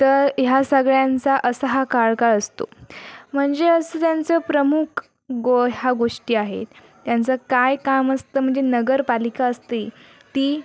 तर ह्या सगळ्यांचा असा हा कार्यकाळ असतो म्हणजे असं त्यांचं प्रमुख गो ह्या गोष्टी आहेत त्यांचं काय काम असतं म्हणजे नगरपालिका असते ती